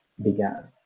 began